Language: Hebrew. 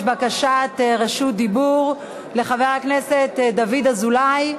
יש בקשת רשות דיבור לחבר הכנסת דוד אזולאי.